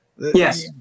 Yes